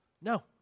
no